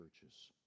churches